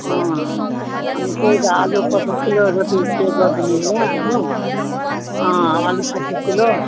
अँ अनि त्यही त आलु पचास किलो जति चाहिँ गरिदिनु होला हो आलु आलु पच्चिस किलो